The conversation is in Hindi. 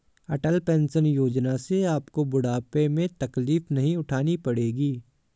अटल पेंशन योजना से आपको बुढ़ापे में तकलीफ नहीं उठानी पड़ेगी